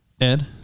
Ed